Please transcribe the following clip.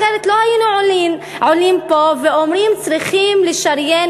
אחרת לא היינו עולים פה ואומרים: צריכים לשריין